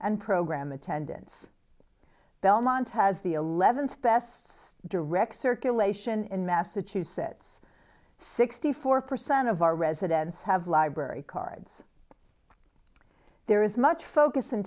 and program attendance belmont has the eleventh best direct circulation in massachusetts sixty four percent of our residents have library cards there is much focus in